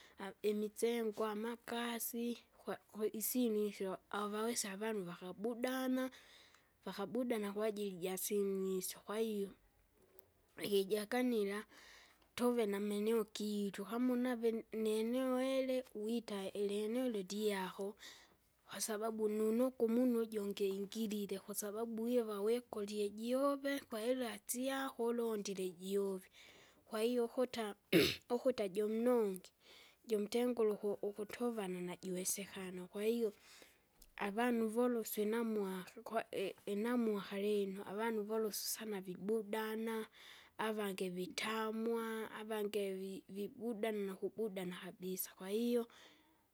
imisengwa, amakasi, kwa- kwaisinu isyo, avawesa avanu vakabudana, vakabudana kwajili jasyinu isyo kwahiyo, ikijakanila, tuve namaeneo kiitu kama unave ni- nieneo ili, wita ilieneo ili udiako, kwasababu nunoko umunu ujungi ingilile kwasababu wiva wikolie jove, kwa hera syako ulondile juve, kwahiyo ukuta ukuta jomnog, jomtengure uku- ukutova najuwesekana kwahiyo, avanu voluswi namkwaka kwa i- iinamwaka lino avanu volosu sana vibudana. Avange vitamwa, avange vi- vibuda nakubuda nakabisa, kwahiyo.